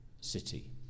city